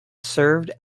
served